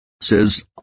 says